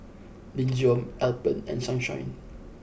Nin Jiom Alpen and Sunshine